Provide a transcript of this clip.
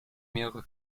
mehrere